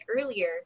earlier